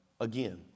again